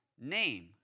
name